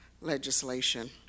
legislation